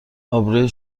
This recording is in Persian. آبروی